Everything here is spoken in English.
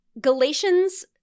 Galatians